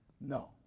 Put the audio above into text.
No